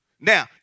Now